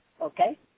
Okay